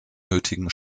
nötigen